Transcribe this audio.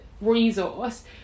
resource